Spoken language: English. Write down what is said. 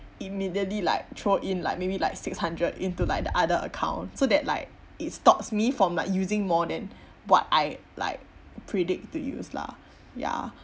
immediately like throw in like maybe like six hundred into like the other account so that like it stops me from like using more than what I like predict to use lah ya